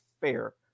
fair